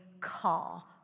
call